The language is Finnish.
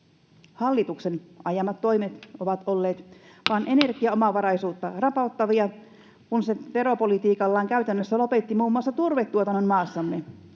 Hallituksen ajamat toimet ovat olleet vain energiaomavaraisuutta rapauttavia, kun se veropolitiikallaan käytännössä lopetti muun muassa turvetuotannon maassamme.